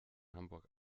hamburg